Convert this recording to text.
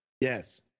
Yes